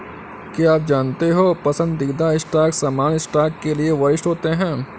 क्या आप जानते हो पसंदीदा स्टॉक सामान्य स्टॉक के लिए वरिष्ठ होते हैं?